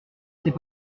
c’est